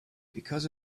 because